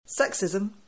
Sexism